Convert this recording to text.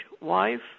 wife